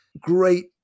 great